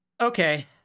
okay